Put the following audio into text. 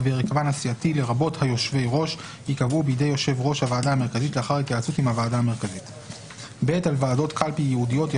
שמאפשר ליו"ר ועדת הבחירות המרכזית לקבוע הוראות ייעודיות.